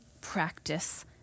practice